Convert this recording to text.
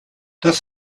das